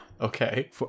Okay